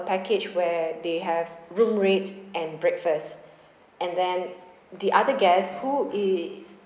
package where they have room rates and breakfast and then the other guest who is